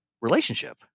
relationship